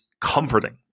comforting